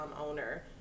owner